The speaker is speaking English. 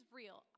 real